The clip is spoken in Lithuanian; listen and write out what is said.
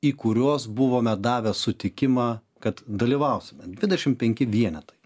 į kuriuos buvome davę sutikimą kad dalyvausime dvidešimt penki vienetai